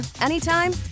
anytime